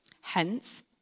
Hence